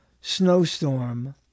snowstorm